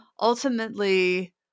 ultimately